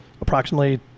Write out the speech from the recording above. Approximately